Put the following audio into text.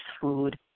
food